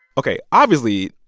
ok. obviously,